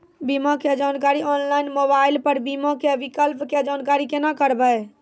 बीमा के जानकारी ऑनलाइन मोबाइल पर बीमा के विकल्प के जानकारी केना करभै?